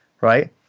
Right